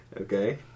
Okay